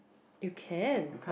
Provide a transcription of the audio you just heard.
you can